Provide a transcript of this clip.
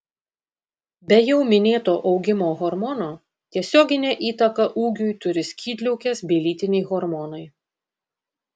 be jau minėto augimo hormono tiesioginę įtaką ūgiui turi skydliaukės bei lytiniai hormonai